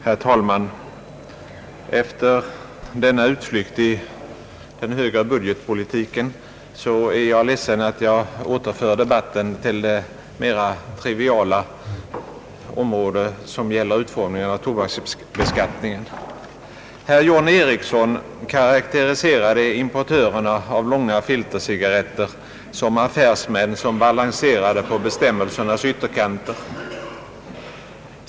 Herr talman! Efter denna utflykt i den högre budgetpolitiken är jag ledsen att återföra debatten till det mera triviala område som gäller utformningen av tobaksbeskattningen. Herr John Eriesson karaktäriserade importörerna av långa filtercigarretter som affärsmän som balanserade på bestämmelsernas ytterkanter.